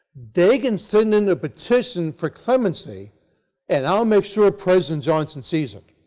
they can send in a petition for clemency and i'll make sure president johnson sees it.